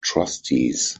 trustees